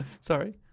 Sorry